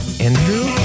Andrew